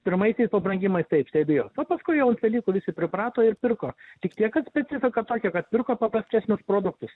pirmaisiais pabrangimais taip stebėjos o paskui jau ant velykų visi priprato ir pirko tik tiek kad specifika tokia kad pirko paprastesnius produktus